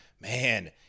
man